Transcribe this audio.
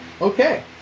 Okay